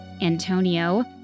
Antonio